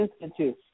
Institute